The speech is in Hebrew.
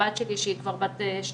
הבת שלי, שהיא בת 11,